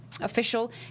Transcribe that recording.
official